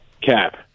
Cap